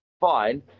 fine